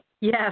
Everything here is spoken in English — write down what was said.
Yes